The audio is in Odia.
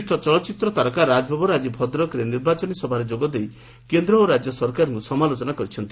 ବିଶିଷ୍ ଚଳଚିତ୍ର ତାରକା ରାଜ୍ ବବର୍ ଆକି ଭଦ୍ରକରେ ନିର୍ବାଚନୀ ସଭାରେ ଯୋଗଦେଇ କେନ୍ଦ ଓ ରାଜ୍ୟ ସରକାରଙ୍କୁ ସମାଲୋଚନା କରିଛନ୍ତି